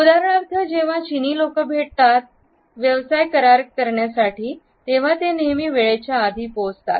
उदाहरणार्थ जेव्हा चीनी लोक भेट देतात उदाहरणार्थ व्यवसाय करार करतात तेव्हा ते नेहमी वेळेच्या आधी पोहोचतात